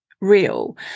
real